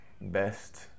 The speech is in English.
best